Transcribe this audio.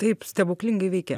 taip stebuklingai veikia